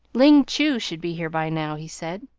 ling chu should be here by now, he said.